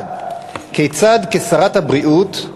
כיצד, כשרת הבריאות,